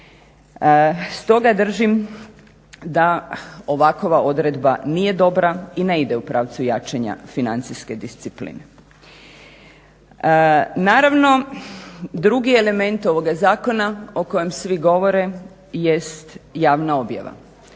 Stoga držim da ovakva odredba nije dobra i ne ide u pravcu jačanja financijske discipline. Naravno, drugi element ovoga zakona o kojem svi govore jest javna objava.